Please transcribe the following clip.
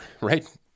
right